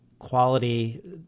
quality